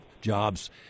jobs